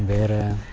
வேறு